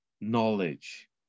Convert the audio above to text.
knowledge